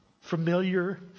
familiar